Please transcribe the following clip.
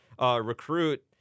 recruit